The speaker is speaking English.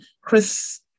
Chris